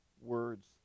words